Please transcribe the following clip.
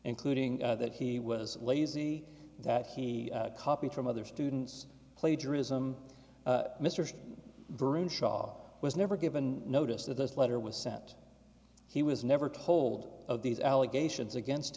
including that he was lazy that he copied from other students plagiarism mr brinn shaw was never given notice that this letter was sent he was never told of these allegations against